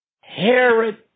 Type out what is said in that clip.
Herod